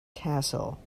castle